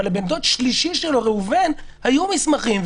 אבל לבן דוד שלישי שלו ראובן היו מסמכים,